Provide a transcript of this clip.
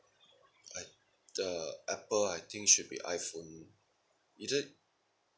I the Apple I think should be iPhone either